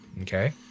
Okay